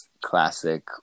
classic